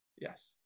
yes